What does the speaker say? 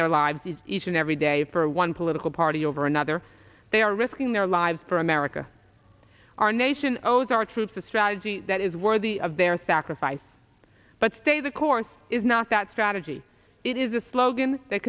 their lives each and every day for one political party over another they are risking their lives for america our nation owes our troops a strategy that is worthy of their sacrifice but stay the course is not that strategy it is a slogan that